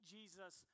Jesus